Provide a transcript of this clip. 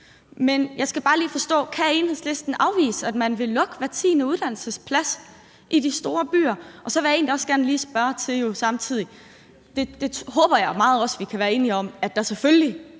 Men jeg skal bare lige forstå noget: Kan Enhedslisten afvise, at man vil lukke hver tiende uddannelsesplads i de store byer? Samtidig vil jeg egentlig også gerne høre om noget andet, og det håber jeg også meget vi kan være enige om, nemlig at der selvfølgelig